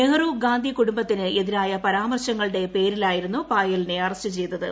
നെഹ്റു ഗാന്ധി കുടുംബത്തിന് എതിരായ പരാമർശങ്ങളുടെ പേരിലായിരുന്നു പായലിനെ അറസ്റ്റ് ചെയ്തത്